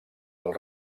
del